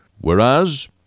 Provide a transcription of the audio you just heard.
whereas